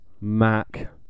Mac